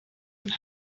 and